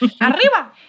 Arriba